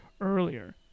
earlier